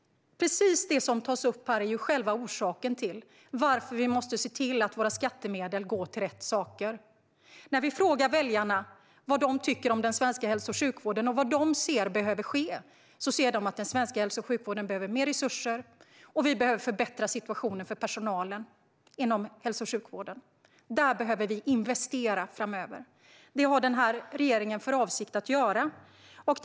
Precis det som tas upp här är själva orsaken till att vi måste se till att skattemedlen går till rätt saker. När vi frågar väljarna vad de tycker om den svenska hälso och sjukvården och vad de anser behöver ske, säger de att den svenska hälso och sjukvården behöver mer resurser och att situationen för personalen behöver förbättras. Där behövs investeringar framöver. Regeringen har för avsikt att göra investeringar.